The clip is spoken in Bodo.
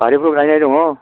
बारिफ्राव गायनाय दङ